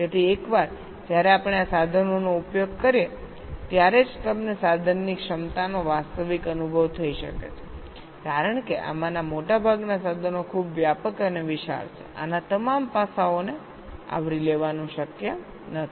તેથી એકવાર જ્યારે આપણે આ સાધનોનો ઉપયોગ કરીએ ત્યારે જ તમને સાધનની ક્ષમતાનો વાસ્તવિક અનુભવ થઈ શકે છે કારણ કે આમાંના મોટાભાગના સાધનો ખૂબ વ્યાપક અને વિશાળ છે આના તમામ પાસાઓને આવરી લેવાનું શક્ય નથી